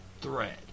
threat